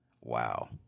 Wow